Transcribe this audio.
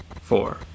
Four